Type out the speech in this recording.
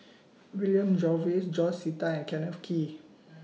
William Jervois George Sita and Kenneth Kee